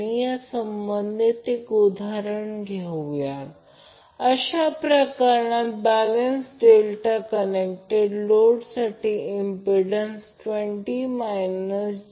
या काही गोष्टी लक्षात ठेवल्या पाहिजेत म्हणून याचा अर्थ असा आहे की जर या फेज a साठी म्हणायचे असेल तर Ia VL√ 3 अँगल 30Zy